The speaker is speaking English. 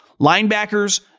Linebackers